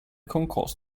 concourse